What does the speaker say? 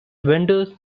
vendors